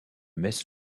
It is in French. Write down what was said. messe